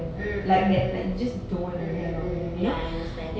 mm mm mm mm mm mm mm ya I understand